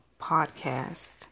Podcast